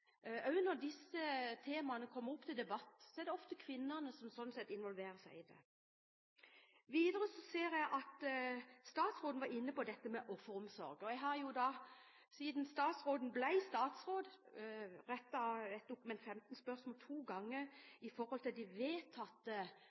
når disse temaene kommer opp til debatt, er det ofte kvinnene som involverer seg i det. Videre ser jeg at statsråden var inne på offeromsorg. Siden statsråden ble statsråd, har